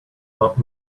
not